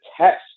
test